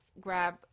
grab